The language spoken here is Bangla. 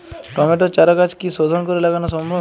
টমেটোর চারাগাছ কি শোধন করে লাগানো সম্ভব?